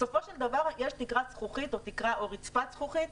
בסופו של דבר יש תקרת זכוכית או רצפת זכוכית,